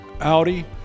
Audi